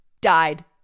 died